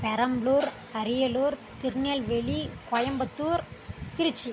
Perambalur Ariyalur Tirunelveli Coimbatore Trichy